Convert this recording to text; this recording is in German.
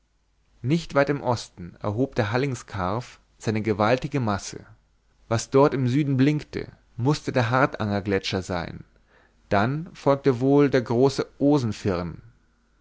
nicht weit im osten erhob der hallingskarv seine gewaltige masse was dort im süden blinkte mußte der hardangergletscher sein dann folgte wohl der große